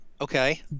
Okay